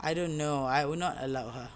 I don't know I will not allow her